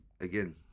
again